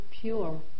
pure